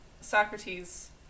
Socrates